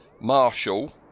Marshall